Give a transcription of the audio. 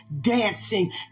Dancing